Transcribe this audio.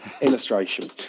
illustration